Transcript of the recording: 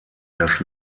das